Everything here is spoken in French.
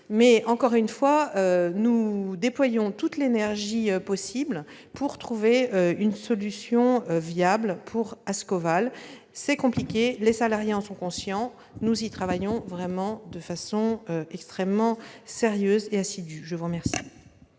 Encore une fois, nous déployons toute l'énergie possible pour trouver une solution viable dans le dossier Ascoval. C'est compliqué, les salariés en sont conscients. Nous y travaillons de façon extrêmement sérieuse et assidue. La parole